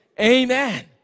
Amen